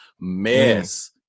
mess